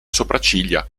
sopracciglia